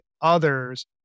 others